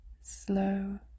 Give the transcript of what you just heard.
slow